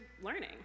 learning